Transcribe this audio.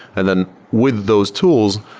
and then with those tools,